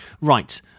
Right